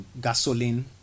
gasoline